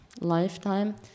lifetime